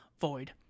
void